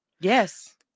Yes